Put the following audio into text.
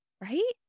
Right